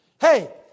Hey